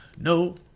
no